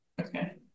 Okay